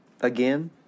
again